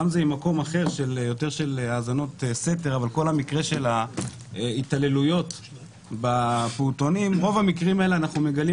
את רוב המקרים של ההתעללויות בפעוטונים אנחנו מגלים